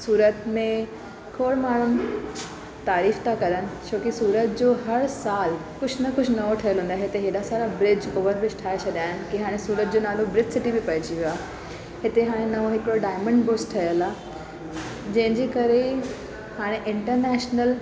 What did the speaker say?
सूरत में खोड़ माण्हुनि तारीफ़ था कनि छोकी सूरत जो हर सालु कुझु न कुझु नओं ठहियलु हूंदो आहे हिते हेॾा सारा ब्रुज ओवर ब्रुज ठाहे छॾिया आहिनि की हाणे सूरत जो नालो ब्रुज सिटी बि पइजी वियो आहे हिते हाणे नओं हिकिड़ो डायमंड ब्रुज ठहियलु आहे जंहिंजे करे हाणे इंटरनेशनल